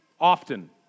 often